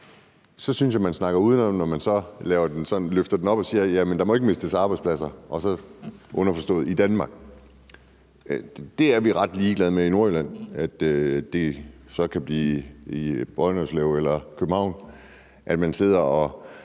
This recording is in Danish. nu, synes jeg, at man snakker udenom, når man løfter det op til, at der ikke må mistes arbejdspladser, altså underforstået i Danmark. Det er vi ret ligeglade med i Nordjylland. Det kan så blive i Brønderslev eller i København, at man sidder og